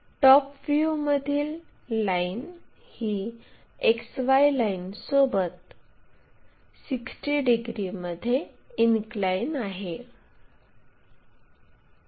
top व्ह्यूमधील line ही XY लाइनसोबत 60 डिग्रीमध्ये इनक्लाईन आहे